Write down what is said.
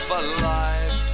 alive